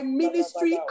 ministry